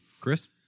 Chris